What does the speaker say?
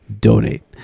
donate